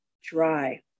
dry